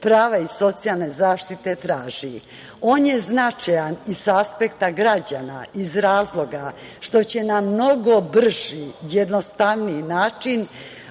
prava iz socijalne zaštite traže. On je značajan i sa aspekta građana iz razloga što će na mnogo brži, jednostavniji način